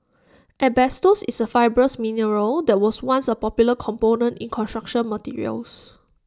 asbestos is A fibrous mineral that was once A popular component in construction materials